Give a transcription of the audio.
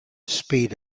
speed